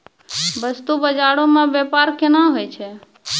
बस्तु बजारो मे व्यपार केना होय छै?